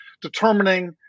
determining